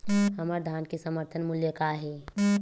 हमर धान के समर्थन मूल्य का हे?